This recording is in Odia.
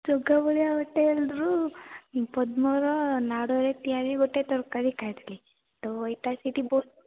ଜଗା ବଳିଆ ହୋଟେଲରୁ ପଦ୍ମର ନାଡ଼ରେ ତିଆରି ଗୋଟେ ତରକାରୀ ଖାଇଥିଲି ତ ଏଟା ସେଠି ବହୁତ